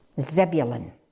Zebulun